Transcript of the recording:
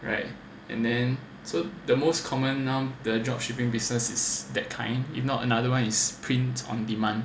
right and then to the most common now the drop shipping business is that kind if not an another [one] is print on demand